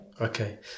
Okay